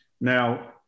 Now